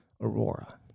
Aurora